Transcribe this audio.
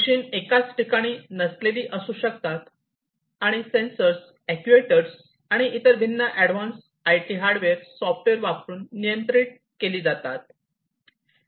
machines एकाच ठिकाणी नसलेली असू शकतात आणि सेन्सर्स अॅक्ट्युएटर्स आणि इतर भिन्न ऍडव्हान्स आयटी हार्डवेअर सॉफ्टवेअर वापरुन नियंत्रित केली जातात